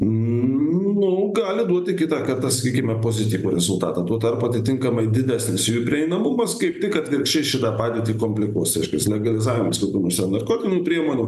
nu gali duoti kitą kartą sakykime pozityvų rezultatą tuo tarpu atitinkamai didesnis jų prieinamumas kaip tik atvirkščiai šitą padėtį komplikuos reiškias legalizavimas tokių pusiau narkotinių priemonių